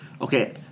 okay